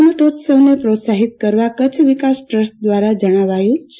આ રમતોત્સવને પ્રોત્સાહિત કરવા કચ્છ વિકાસ ટ્રસ્ટ દ્વારા જણાવાયું છે